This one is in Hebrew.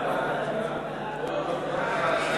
ההצעה